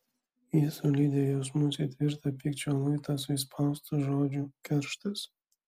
ji sulydė jausmus į tvirtą pykčio luitą su įspaustu žodžiu kerštas